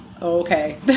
okay